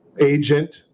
agent